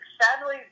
Sadly